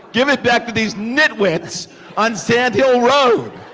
give it back to these nitwits on sand hill road.